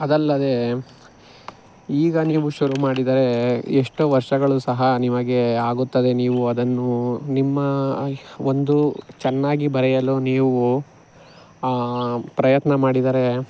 ಅದಲ್ಲದೆ ಈಗ ನೀವು ಶುರು ಮಾಡಿದರೆ ಎಷ್ಟೋ ವರ್ಷಗಳು ಸಹ ನಿಮಗೆ ಆಗುತ್ತದೆ ನೀವು ಅದನ್ನು ನಿಮ್ಮ ಒಂದು ಚೆನ್ನಾಗಿ ಬರೆಯಲು ನೀವು ಪ್ರಯತ್ನ ಮಾಡಿದರೆ